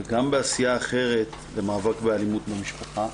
וגם בעשייה אחרת, במאבק באלימות במשפחה.